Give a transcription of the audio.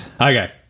Okay